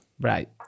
Right